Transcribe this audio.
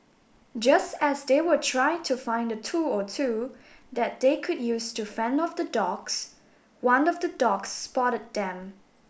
just as they were trying to find a tool or two that they could use to fend off the dogs one of the dogs spotted them